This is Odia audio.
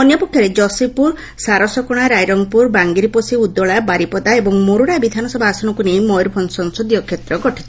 ଅନ୍ୟପକ୍ଷରେ ଯଶୀପୁର ସାରସକଶା ବାଙ୍ଗିରିପୋଷି ଉଦଳା ବାରିପଦା ଏବଂ ମୋରଡା ବିଧାନସଭା ଆସନକୁ ନେଇ ମୟରଭଞ୍ଞ ସଂସଦୀୟ କ୍ଷେତ୍ର ଗଠିତ